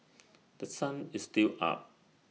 The Sun is still up